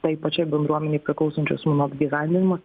tai pačiai bendruomenei priklausančių asmenų apgyvendinimas